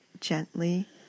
gently